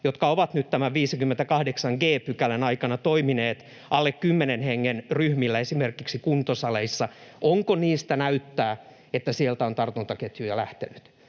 jotka ovat nyt tämän 58 g §:n aikana toimineet alle 10 hengen ryhmillä esimerkiksi kuntosaleilla, onko niistä näyttää, että sieltä on tartuntaketjuja lähtenyt.